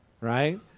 right